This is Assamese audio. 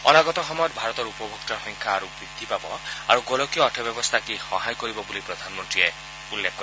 অনাগত সময়ত ভাৰতৰ উপভোক্তাৰ সংখ্যা আৰু বৃদ্ধি পাব আৰু গোলকীয় অৰ্থব্যৱস্থাক ই সহায় কৰিব বুলি প্ৰধানমন্ত্ৰীয়ে উল্লেখ কৰে